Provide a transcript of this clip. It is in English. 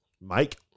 Mike